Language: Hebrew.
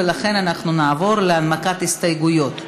ולכן אנחנו נעבור להנמקת ההסתייגויות.